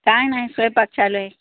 काय नाही स्वयंपाक चाललाय